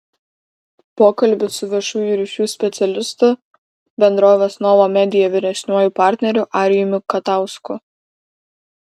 pokalbis su viešųjų ryšių specialistu bendrovės nova media vyresniuoju partneriu arijumi katausku